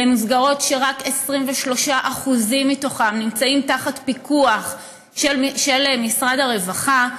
אלה מסגרות שרק 23% מתוכן נמצאות תחת פיקוח של משרד הרווחה,